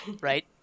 right